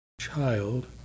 child